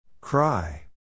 Cry